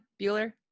Bueller